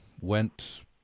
went